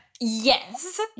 Yes